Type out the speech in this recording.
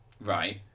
Right